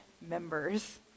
members